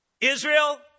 Israel